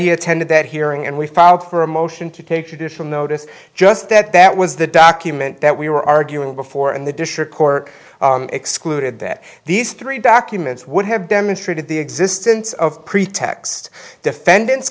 he attended that hearing and we found out for a motion to take additional notice just that that was the document that we were arguing before and the district court excluded that these three documents would have demonstrated the existence of pretext defendants